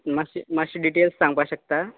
माश्शे माश्शे डिटेल्स सांगपा शकता